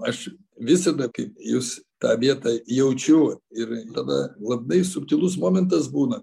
aš visada kaip jūs tą vietą jaučiu ir tada labai subtilus momentas būna